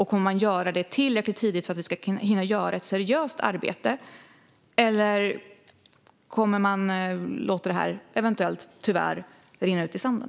Kommer man att göra det tillräckligt tidigt för att vi ska hinna göra ett seriöst arbete? Eller kommer detta att, tyvärr, rinna ut i sanden?